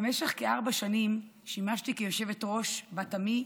במשך כארבע שנים שימשתי כיושבת-ראש בת עמי,